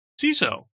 CISO